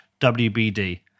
WBD